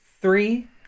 Three